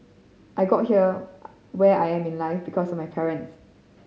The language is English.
I got to here where I am in life because of my parents